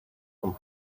from